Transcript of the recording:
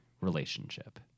relationship